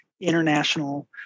international